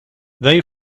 they